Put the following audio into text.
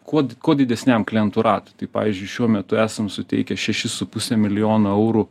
kuo kuo didesniam klientų ratui tai pavyzdžiui šiuo metu esam suteikę šešis su puse milijono eurų